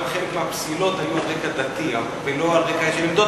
גם חלק מהפסילות היו על רקע דתי ולא על רקע של עמדות,